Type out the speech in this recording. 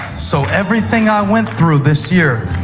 so everything i went through this year,